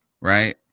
right